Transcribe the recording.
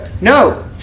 No